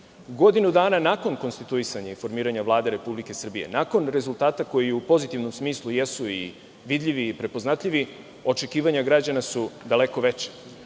Godinu dana nakon konstituisanja i formiranja Vlade Republike Srbije, nakon rezultata koji u pozitivnom smislu jesu i vidljivi i prepoznatljivi, očekivanja građana su daleko veća.